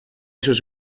sus